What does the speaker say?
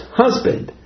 husband